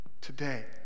Today